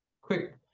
quick